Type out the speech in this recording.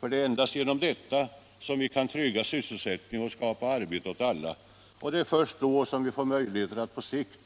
Det heter vidare: ”Det är endast härigenom som vi kan trygga sysselsättningen och skapa arbete åt alla. Det är först då som vi får möjlighet att på sikt